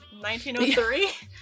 1903